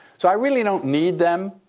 so i really don't need them.